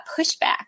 pushback